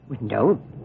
No